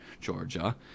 Georgia